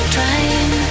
Trying